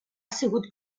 sigut